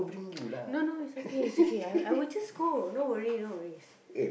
no no it's okay it's okay I will just go no worry no worries